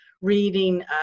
reading